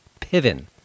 Piven